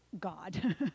God